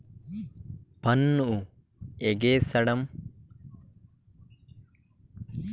పన్ను ఎగేసేడం అనేది ఎట్టి పరిత్తితుల్లోనూ చట్ట ఇరుద్ధమే